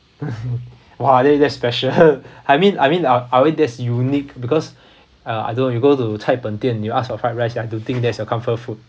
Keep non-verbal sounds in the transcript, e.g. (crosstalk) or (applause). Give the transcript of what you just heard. (laughs) !wah! then that's special (laughs) I mean I mean that I mean that's unique because uh I don't know if you go to chai pen dian you ask for fried rice I do think that's your comfort food